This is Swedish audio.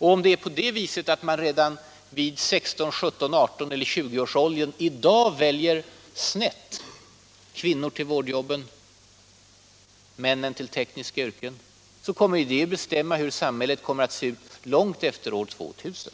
Om det är på det sättet att man redan i 16-, 17-, 18 eller 20-årsåldern i dag väljer snett — kvinnor till vårdjobben, män till tekniska yrken — blir det bestämmande för hur samhället kommer att se ut långt efter år 2000.